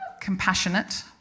Compassionate